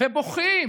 ובוכים